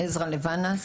עזרא לבנה,